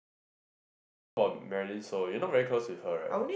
oh how about Marilynn-Soh you not very close with her right